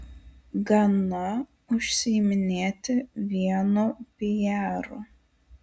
gana užsiiminėti vienu pijaru